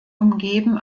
umgeben